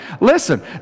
Listen